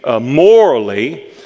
morally